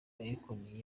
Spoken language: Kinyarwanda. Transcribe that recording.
akon